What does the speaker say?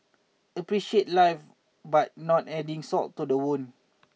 appreciate life but not adding salt to the wound